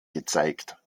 gezeigt